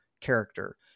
character